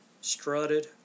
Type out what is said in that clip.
strutted